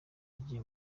yagiye